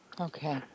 Okay